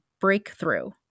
breakthrough